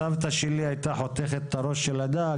סבתא שלי הייתה חותכת את הראש של הדג,